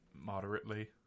Moderately